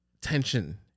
tension